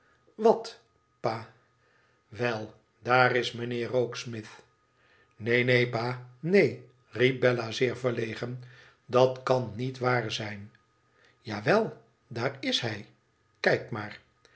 wat pa wel daar is mijnheer rokesmith neen neen pa neen riep bella zeer verlegen dat kan niet waar zijn a wel daar is hij kijk maar